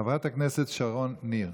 חברת הכנסת שרון ניר.